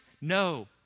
No